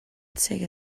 take